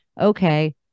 okay